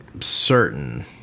certain